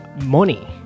money